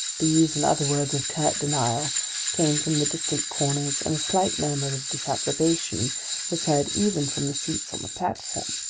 these and other words of curt denial came from the distant corners, and a slight murmur of disapprobation was heard even from the seats on the platform.